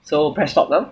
so press stop now